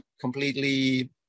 completely